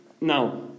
Now